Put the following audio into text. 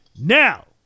now